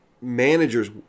managers